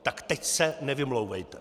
Tak teď se nevymlouvejte!